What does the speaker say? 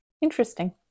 interesting